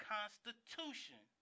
Constitution